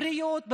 בריאות,